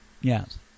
yes